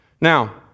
Now